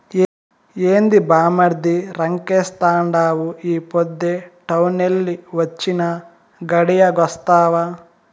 ఏంది బామ్మర్ది రంకెలేత్తండావు ఈ పొద్దే టౌనెల్లి వొచ్చినా, గడియాగొస్తావా